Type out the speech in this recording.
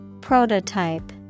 Prototype